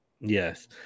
Yes